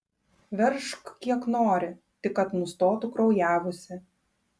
veržk kiek nori tik kad nustotų kraujavusi